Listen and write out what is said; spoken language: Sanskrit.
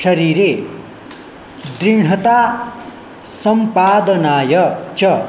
शरीरे दृढता सम्पादनाय च